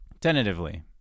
Tentatively